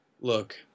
Look